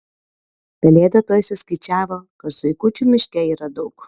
pelėda tuoj suskaičiavo kad zuikučių miške yra daug